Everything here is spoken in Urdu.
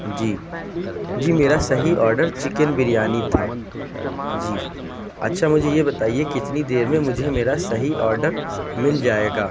جی جی میرا صحیح آڈر چکن بریانی تھا جی اچھا مجھے یہ بتائیے کتنی دیر میں مجھے میرا صحیح آڈر مل جائے گا